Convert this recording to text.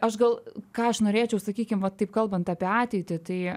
aš gal ką aš norėčiau sakykim va taip kalbant apie ateitį tai